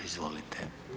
Izvolite.